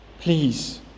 Please